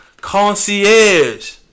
concierge